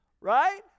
Right